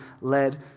led